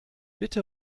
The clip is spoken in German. bitte